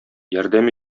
ярдәм